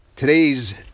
Today's